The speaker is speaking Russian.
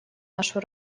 нашу